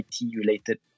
IT-related